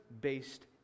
based